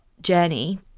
journey